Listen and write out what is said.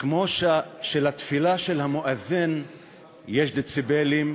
כמו שלתפילה של המואזין יש דציבלים,